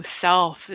self